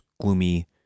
gloomy